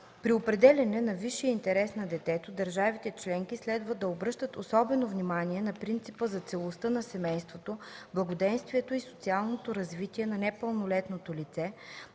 „При определяне на висшия интерес на детето държавите членки следва да обръщат особено внимание на принципа за целостта на семейството, благоденствието и социалното развитие на непълнолетното лице,